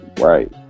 Right